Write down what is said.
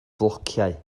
flociau